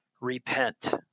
repent